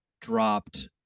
dropped